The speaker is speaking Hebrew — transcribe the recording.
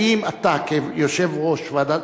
האם אתה כיושב-ראש ועדת,